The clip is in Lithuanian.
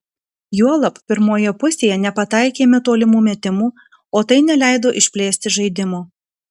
juolab pirmoje pusėje nepataikėme tolimų metimų o tai neleido išplėsti žaidimo